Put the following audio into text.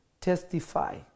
testify